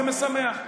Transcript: זה משמח.